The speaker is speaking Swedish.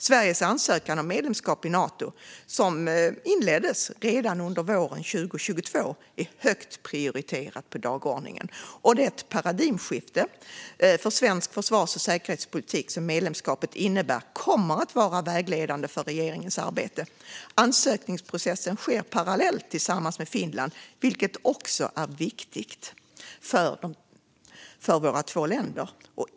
Sveriges ansökan om medlemskap i Nato, som inleddes redan under våren 2022, är högt prioriterad på dagordningen. Det paradigmskifte för svensk försvars och säkerhetspolitik som medlemskapet innebär kommer att vara vägledande för regeringens arbete. Ansökningsprocessen sker parallellt tillsammans med Finland, vilket är viktigt för våra två länder.